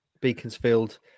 Beaconsfield